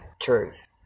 truth